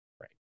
right